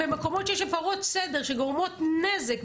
במקומות שיש הפרות סדר שגורמות נזק,